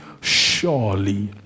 surely